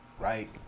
right